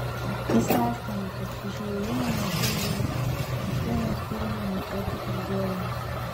jis aiškino kad už įėjimą mokėjo jis už tai mes turime mokėti už gėrimus